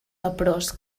leprós